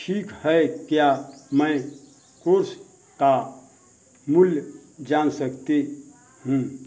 ठीक है क्या मैं कोर्स का मूल्य जान सकती हूँ